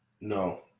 No